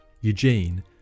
Eugene